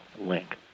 link